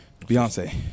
Beyonce